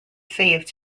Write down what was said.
saved